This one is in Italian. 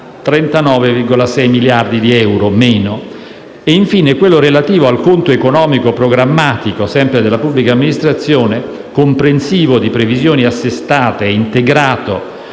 39,6 miliardi di euro e infine quello relativo al conto economico programmatico sempre della pubblica amministrazione, comprensivo di previsioni assestate e integrato